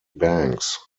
banks